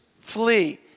flee